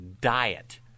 Diet